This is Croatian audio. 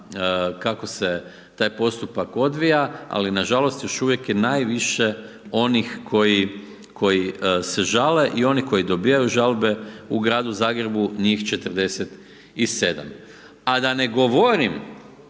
kako se taj postupak odvija, ali nažalost još uvijek je najviše onih koji se žale i oni koji dobivaju žalbe u Gradu Zagrebu, njih 47. A da ne govorim